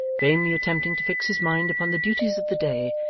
vainly attempting to fix his mind upon the duties of the day,